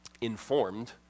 informed